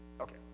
Okay